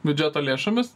biudžeto lėšomis